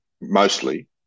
mostly